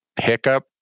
hiccup